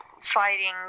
fighting